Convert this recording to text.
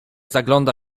zagląda